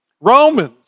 Romans